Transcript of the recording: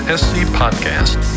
scpodcast